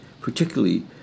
Particularly